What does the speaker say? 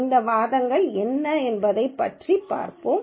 names இந்த வாதங்கள் எதைப் பற்றி என்று பார்ப்போம்